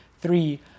three